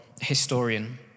Historian